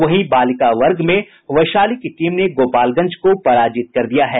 वहीं बालिका वर्ग में वैशाली की टीम ने गोपालगंज को पराजित कर दिया है